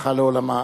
הלכה לעולמה.